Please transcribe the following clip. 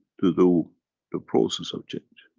to do the process of change.